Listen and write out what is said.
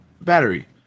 battery